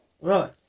Right